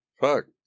Fuck